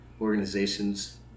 organizations